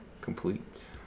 Complete